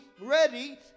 ready